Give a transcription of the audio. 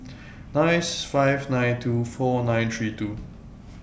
nine five nine two four nine three two